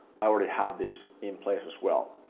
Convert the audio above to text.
i already have this in place as well.